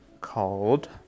called